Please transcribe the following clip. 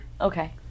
Okay